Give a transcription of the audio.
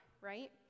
right